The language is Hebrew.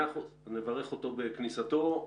נברך אותו בכניסתו.